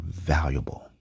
valuable